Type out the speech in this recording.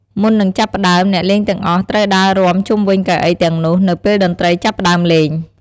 មុននឹងចាប់ផ្តើម អ្នកលេងទាំងអស់ត្រូវដើររាំជុំវិញកៅអីទាំងនោះ នៅពេលតន្ត្រីចាប់ផ្តើមលេង។